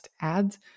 ads